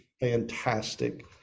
fantastic